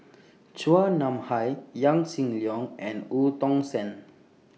Chua Nam Hai Yaw Shin Leong and EU Tong Sen